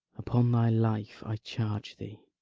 upon thy life i charge thee,